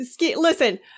Listen